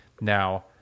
Now